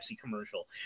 commercial